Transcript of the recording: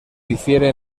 difiere